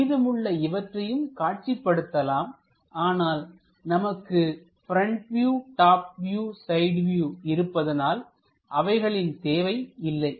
மீதமுள்ள இவற்றையும் காட்சிப்படுத்தலாம்ஆனால் நமக்கு front view top view side view இருப்பதனால் அவைகளின் தேவை இல்லை